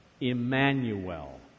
Emmanuel